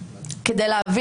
כדי להגדיר שכונה,